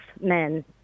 men